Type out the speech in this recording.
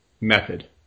method